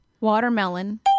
Watermelon